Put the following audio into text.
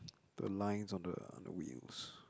the lines on the other wheels